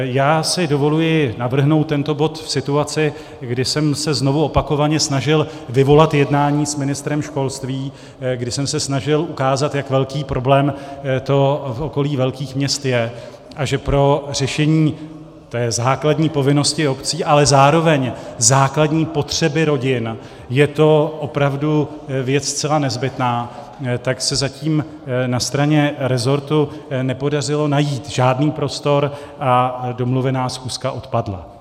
Já si dovoluji navrhnout tento bod v situaci, kdy jsem se znovu opakovaně snažil vyvolat jednání s ministrem školství, kdy jsem se snažil ukázat, jak velký problém to v okolí velkých měst je a že pro řešení té základní povinnosti obcí, ale zároveň základní potřeby rodin je to opravdu věc zcela nezbytná, tak se zatím na straně resortu nepodařilo najít žádný prostor a domluvená schůzka odpadla.